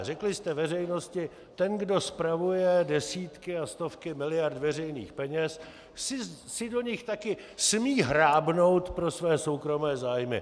Řekli jste veřejnosti, že ten, kdo spravuje desítky a stovky miliard veřejných peněz, si do nich taky smí hrábnout pro své soukromé zájmy.